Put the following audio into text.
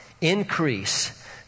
increase